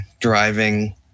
driving